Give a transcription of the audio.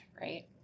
right